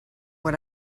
what